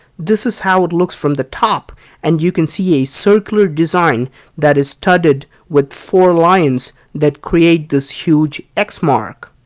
this is how it looks from the top and you can see a circular design that is studded with four lions that create this huge x mark.